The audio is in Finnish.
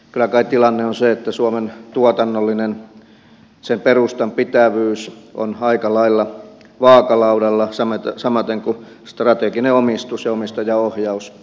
kyllä kai tilanne on se että suomen tuotannollisen perustan pitävyys on aika lailla vaakalaudalla samaten kuin strateginen omistus ja omistajaohjaus tuuliajolla